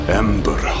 ember